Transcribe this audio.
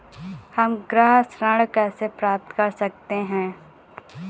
हम गृह ऋण कैसे प्राप्त कर सकते हैं?